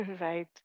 Right